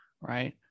right